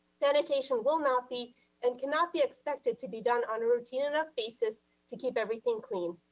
sanitation will not be and cannot be expected to be done on a routine enough basis to keep everything clean.